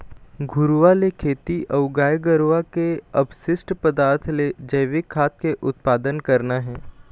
घुरूवा ले खेती अऊ गाय गरुवा के अपसिस्ट पदार्थ ले जइविक खाद के उत्पादन करना हे